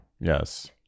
yes